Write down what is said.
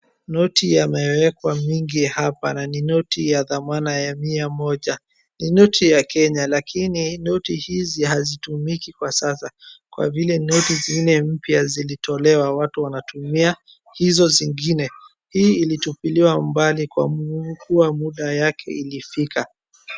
Noti yamewekwa mingi hapa na ni noti ya dhamana ya mia moja. Ni noti ya Kenya, lakini noti hizi hazitumiki kwa sasa kwa vile noti zingine mpya zilitolewa, watu wanatumia hizo zingine. Hii ilitupiliwa mbali kwa kuwa muda yake ilifika.